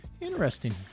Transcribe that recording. Interesting